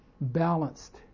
balanced